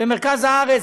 במרכז הארץ,